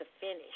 finish